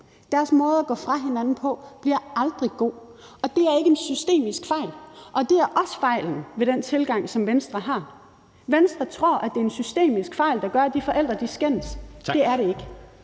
Deres måde at gå fra hinanden på bliver aldrig god. Og det er ikke en systemisk fejl. Det er også fejlen ved den tilgang, som Venstre har. Venstre tror, at det er en systemisk fejl, der gør, at de forældre skændes. Det er det ikke.